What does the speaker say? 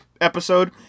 episode